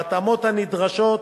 בהתאמות הנדרשות,